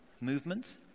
movement